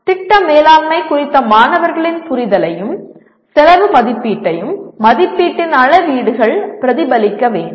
திட்ட மேலாண்மை குறித்த மாணவர்களின் புரிதலையும் செலவு மதிப்பீட்டையும் மதிப்பீட்டின் அளவீடுகள் பிரதிபலிக்க வேண்டும்